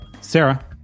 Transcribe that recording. Sarah